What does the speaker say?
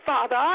Father